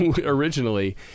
originally